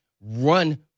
run